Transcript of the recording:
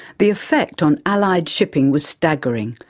the effect on allied shipping was staggering,